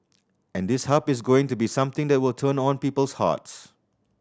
and this Hub is going to be something that will turn on people's hearts